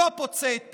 לא פוצה את פיך.